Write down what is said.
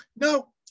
No